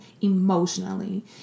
emotionally